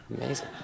amazing